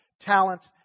talents